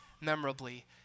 memorably